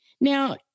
Now